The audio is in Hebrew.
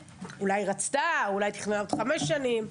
אולי רצתה, אולי תכננה בעוד חמש שנים.